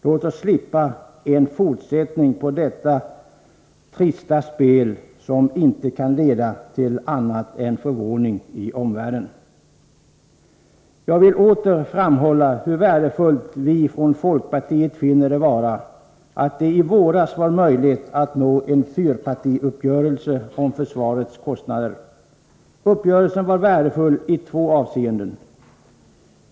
Låt oss slippa en fortsättning på detta trista spel, som inte kan leda till annat än förvåning i omvärlden. Jag vill åter framhålla hur värdefullt vi från folkpartiet finner det vara, att det i våras var möjligt att nå en fyrpartiuppgörelse om försvarets kostnader. Uppgörelsen var värdefull i två avseenden.